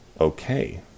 okay